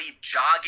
jogging